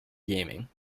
gaming